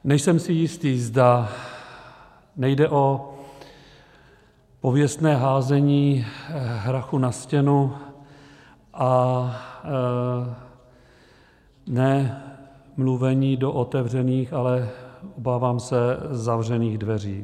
Nejsem si jistý, zda nejde o pověstné házení hrachu na stěnu a ne mluvení do otevřených, ale obávám se zavřených dveří.